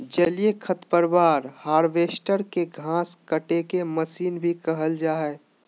जलीय खरपतवार हार्वेस्टर, के घास काटेके मशीन भी कहल जा हई